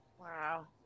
Wow